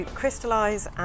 crystallize